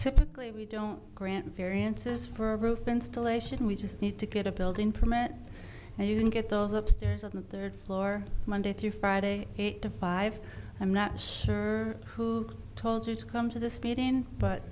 typically we don't grant variances for a roof installation we just need to get a building permit and you can get those up stairs on the third floor monday through friday to five i'm not sure who told you to come to the speed in but